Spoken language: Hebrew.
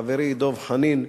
לחברי דב חנין